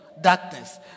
darkness